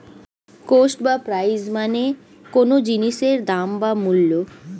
cost বা price মানে কোনো জিনিসের দাম বা মূল্য